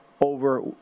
over